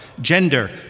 Gender